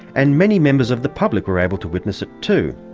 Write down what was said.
and many members of the public were able to witness it too.